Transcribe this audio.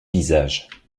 visage